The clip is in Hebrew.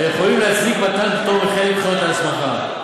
ויכולים להצדיק מתן פטור מחלק מבחינות ההסמכה.